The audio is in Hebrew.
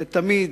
תמיד,